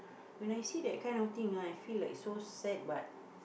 when I see that kind of thing ah I feel like so sad but